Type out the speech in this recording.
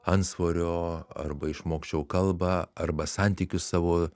antsvorio arba išmokčiau kalbą arba santykius savo